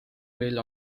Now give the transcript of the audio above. meil